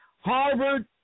Harvard